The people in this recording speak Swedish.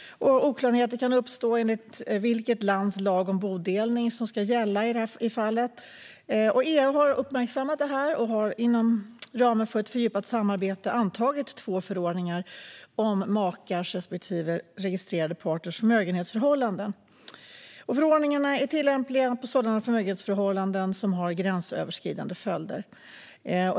Oklarheter kan uppstå om vilket lands lag om bodelning som ska gälla. EU har uppmärksammat det här och har inom ramen för ett fördjupat samarbete antagit två förordningar om makars respektive registrerade partners förmögenhetsförhållanden. Förordningarna är tillämpliga på förmögenhetsförhållanden som har gränsöverskridande följder.